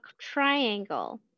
triangle